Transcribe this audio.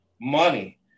money